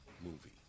movie